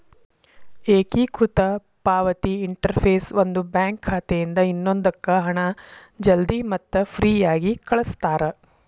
ಏಕೇಕೃತ ಪಾವತಿ ಇಂಟರ್ಫೇಸ್ ಒಂದು ಬ್ಯಾಂಕ್ ಖಾತೆಯಿಂದ ಇನ್ನೊಂದಕ್ಕ ಹಣ ಜಲ್ದಿ ಮತ್ತ ಫ್ರೇಯಾಗಿ ಕಳಸ್ತಾರ